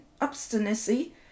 obstinacy